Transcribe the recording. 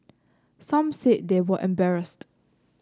some said they were embarrassed